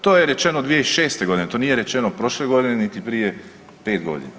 To je rečeno 2006. g., to nije rečeno prošle godine niti prije 5 godina.